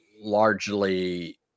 largely